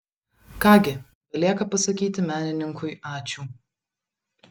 ką gi belieka pasakyti menininkui ačiū